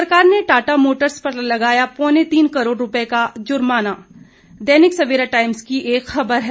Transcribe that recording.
सरकार ने टाटा मोटर्स पर लगाया पौने तीन करोड़ रूपए का जुर्माना दैनिक सवेरा टाइम्स की एक खबर है